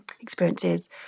experiences